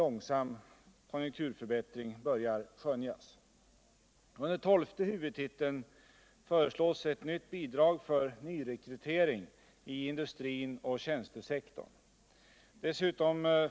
åtgärder.